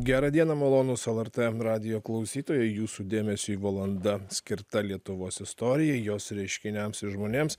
gerą dieną malonūs lrt radijo klausytojai jūsų dėmesiui valanda skirta lietuvos istorijai jos reiškiniams ir žmonėms